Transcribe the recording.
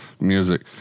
music